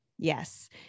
Yes